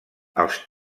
els